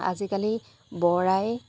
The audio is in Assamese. আজিকালি বৰ আই